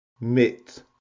Mit